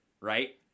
right